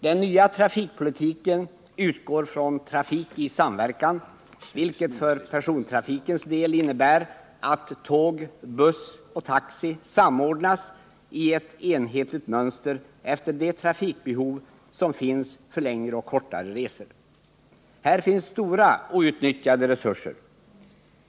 Den nya trafikpolitiken utgår från trafik i samverkan, vilket för persontrafikens del innebär att tåg, buss och taxi samordnas i ett enhetligt mönster efter de trafikbehov som finns för längre och kortare resor. Här finns stora outnyttjade resurser.